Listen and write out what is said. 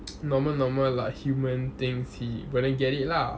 normal normal like human things he wouldn't get it lah